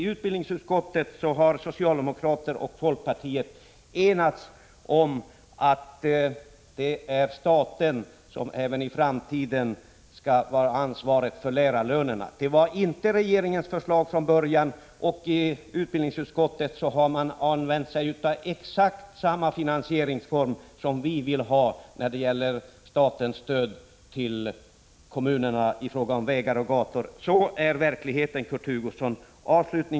I utbildningsutskottet har socialdemokraterna och folkpartiet enats om att staten även i framtiden skall vara ansvarig för lärarlönerna. Det var inte regeringens förslag från början. I utbildningsutskottet har man använt sig av exakt samma finansieringsform som vi i folkpartiet vill ha för statens stöd till kommunala vägar och gator.